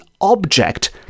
object